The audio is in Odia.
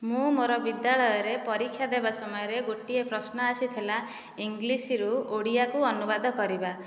ମୁଁ ମୋର ବିଦ୍ୟାଳୟରେ ପରୀକ୍ଷା ଦେବା ସମୟରେ ଗୋଟିଏ ପ୍ରଶ୍ନ ଆସିଥିଲା ଇଂଲିଶରୁ ଓଡ଼ିଆକୁ ଅନୁବାଦ କରିବା